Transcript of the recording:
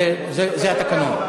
זה התקנון.